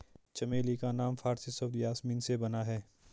चमेली का नाम फारसी शब्द यासमीन से बना है